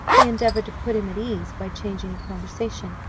he endeavoured to put him at ease by changing the conversation.